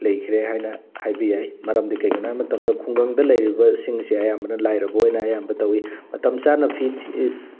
ꯂꯩꯈ꯭ꯔꯦ ꯍꯥꯏꯅ ꯍꯥꯏꯕ ꯌꯥꯏ ꯃꯔꯝꯗꯤ ꯀꯩꯒꯤꯅꯣ ꯍꯥꯏꯕ ꯃꯇꯝꯗ ꯈꯨꯡꯒꯪꯗ ꯂꯩꯔꯤꯕꯁꯤꯡꯁꯦ ꯑꯌꯥꯝꯕꯅ ꯂꯥꯏꯔꯕ ꯑꯣꯏꯅ ꯑꯌꯥꯝꯕ ꯇꯧꯋꯤ ꯃꯇꯝ ꯆꯥꯅ ꯐꯤ